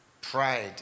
Pride